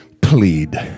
plead